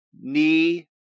knee